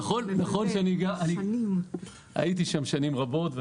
נכון שאני הייתי שם שנים רבות.